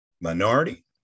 minority